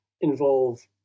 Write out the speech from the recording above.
involve